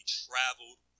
traveled